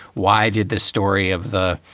why did this story of the,